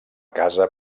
casa